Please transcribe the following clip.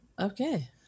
Okay